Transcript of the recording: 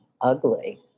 ugly